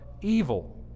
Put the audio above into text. evil